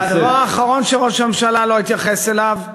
והדבר האחרון שראש הממשלה לא התייחס אליו הוא